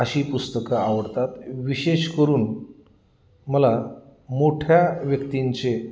अशी पुस्तकं आवडतात विशेष करून मला मोठ्या व्यक्तींचे